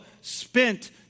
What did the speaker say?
spent